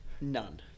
None